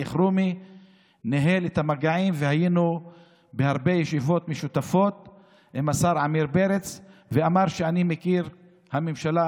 אתה היום ישבת כאן והעברתם את חוק החשמל,